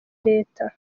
leta